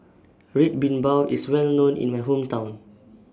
Red Bean Bao IS Well known in My Hometown